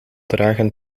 dragen